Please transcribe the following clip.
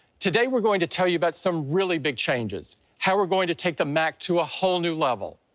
today we're going to tell you about some really big changes, how we're going to take the mac to a whole new level.